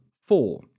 four